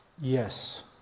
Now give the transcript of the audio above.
Yes